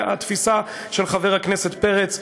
והתפיסה של חבר הכנסת פרץ,